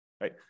right